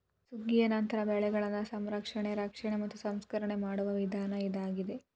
ಸುಗ್ಗಿಯ ನಂತರ ಬೆಳೆಗಳನ್ನಾ ಸಂರಕ್ಷಣೆ, ರಕ್ಷಣೆ ಮತ್ತ ಸಂಸ್ಕರಣೆ ಮಾಡುವ ವಿಧಾನ ಇದಾಗಿದೆ